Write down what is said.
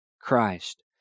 Christ